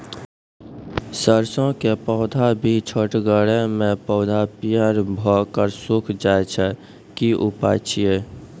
सरसों के पौधा भी छोटगरे मे पौधा पीयर भो कऽ सूख जाय छै, की उपाय छियै?